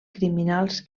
criminals